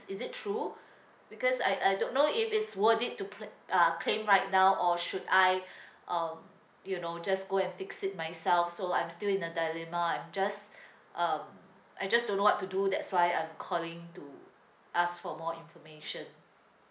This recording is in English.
is it true because I I don't know if it's worth it to pla~ uh claim right now or should I um you know just go and fix it myself so I'm still in a dilemma I'm just um I just don't know what to do that's why I'm calling to ask for more information